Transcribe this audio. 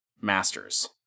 masters